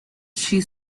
she